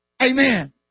Amen